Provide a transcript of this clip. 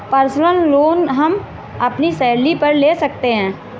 personal loan हम अपनी salary पर ले सकते है